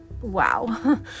wow